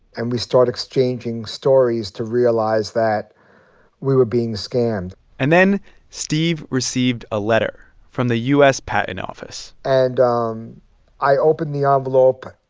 and we start exchanging stories to realize that we were being scammed and then steve received a letter from the u s. patent office and um i open the envelope.